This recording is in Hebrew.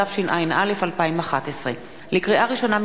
התשע”א 2011. לקריאה ראשונה,